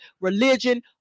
religion